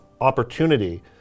opportunity